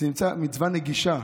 היא מצווה נגישה,